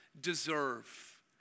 deserve